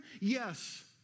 Yes